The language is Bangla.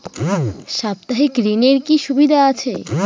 সাপ্তাহিক ঋণের কি সুবিধা আছে?